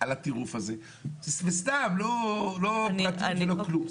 הטירוף הזה, וסתם, לא פרטיות ולא כלום.